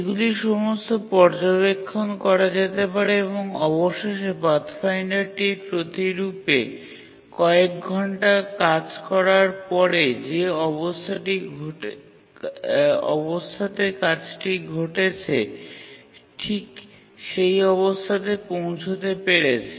এগুলি সমস্ত পর্যবেক্ষণ করা যেতে পারে এবং অবশেষে পাথফাইন্ডারটির প্রতিরূপে কয়েক ঘন্টা কাজ করার পরে যে অবস্থাতে কাজটি ঘটেছে ঠিক সেই অবস্থাতে পৌঁছাতে পেরেছে